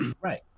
Right